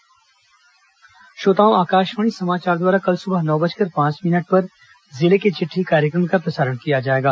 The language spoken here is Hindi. जिले की चिट्ठी श्रोताओं आकाशवाणी समाचार द्वारा कल सुबह नौ बजकर पांच मिनट पर जिले की चिट्ठी कार्यक्रम का प्रसारण किया जाएगा